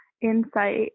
insight